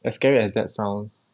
as scary as that sounds